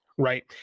Right